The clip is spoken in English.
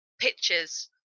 pictures